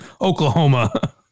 Oklahoma